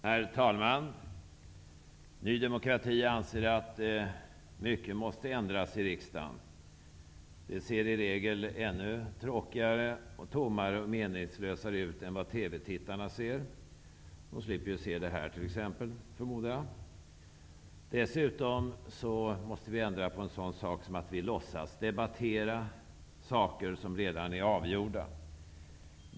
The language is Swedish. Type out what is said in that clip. Herr talman! Ny demokrati anser att mycket måste ändras i riksdagen. Det ser i regel ännu tråkigare, tommare och meningslösare ut än vad TV-tittarna ser. Jag förmodar att de t.ex. slipper se den här debatten. Vi måste dessutom ändra på att vi låtsas debattera frågor som redan är avgjorda.